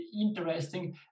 interesting